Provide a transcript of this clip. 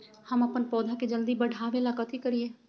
हम अपन पौधा के जल्दी बाढ़आवेला कथि करिए?